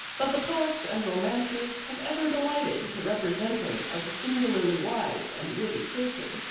but the poets and romancers have ever delighted to represent him as a singularly wise and witty person.